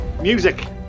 Music